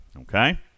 okay